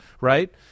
right